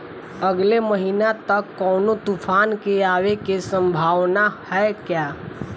अगले महीना तक कौनो तूफान के आवे के संभावाना है क्या?